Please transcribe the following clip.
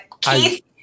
Keith